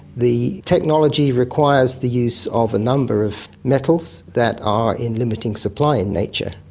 the technology requires the use of a number of metals that are in limiting supply in nature,